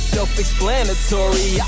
Self-Explanatory